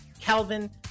calvin